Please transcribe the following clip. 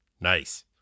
Nice